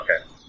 Okay